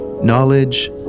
Knowledge